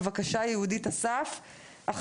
יהודית אסף, בבקשה.